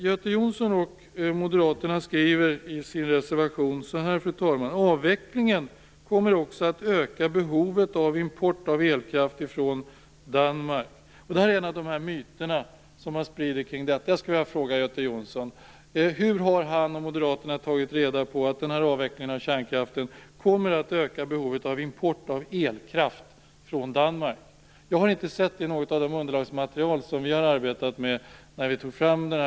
Göte Jonsson och Moderaterna skriver i reservationen: "Avvecklingen kommer också att öka behovet av import av elkraft från Danmark -." Detta är en av de myter som sprids kring frågan. Hur har Göte Jonsson och Moderaterna tagit reda på att avvecklingen av kärnkraften kommer att öka behovet av import av elkraft från Danmark? Jag har inte sett detta i något av det underlagsmaterial som fanns när uppgörelsen utarbetades.